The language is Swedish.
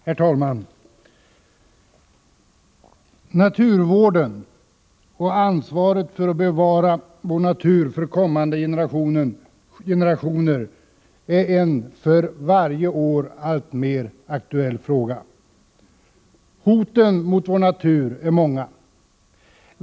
Herr talman! Naturvården, ansvaret för att bevara vår natur för kommande generationer, är en för varje år alltmer aktuell fråga. Hoten mot vår natur är många.